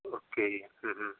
okay